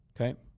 Okay